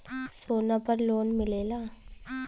सोना पर लोन मिलेला?